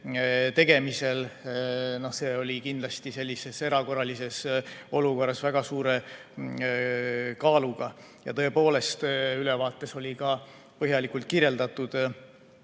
tegemisel, oli kindlasti sellises erakorralises olukorras väga suure kaaluga. Tõepoolest, ülevaates oli põhjalikult kirjeldatud,